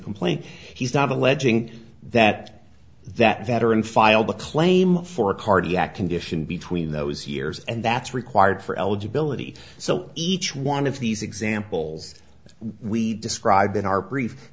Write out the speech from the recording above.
complaint he's not alleging that that veteran filed a claim for a cardiac condition between those years and that's required for eligibility so each one of these examples we describe in our brief